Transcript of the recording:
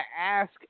ask